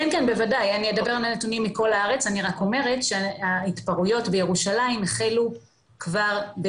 מי הוא העושה, יכולה להיות להם בהחלט השפעה על